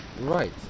Right